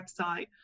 website